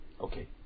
Okay